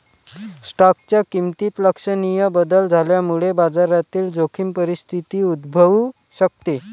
स्टॉकच्या किमतीत लक्षणीय बदल झाल्यामुळे बाजारातील जोखीम परिस्थिती उद्भवू शकते